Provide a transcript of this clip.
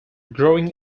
growing